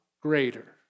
greater